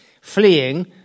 fleeing